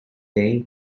day